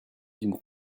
d’une